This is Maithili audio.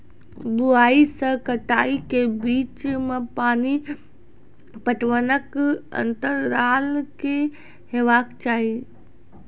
बुआई से कटाई के बीच मे पानि पटबनक अन्तराल की हेबाक चाही?